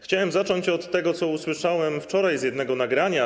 Chciałem zacząć od tego, co usłyszałem wczoraj z jednego nagrania.